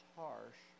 harsh